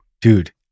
Dude